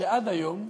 שעד היום,